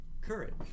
courage